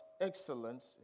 excellence